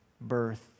birth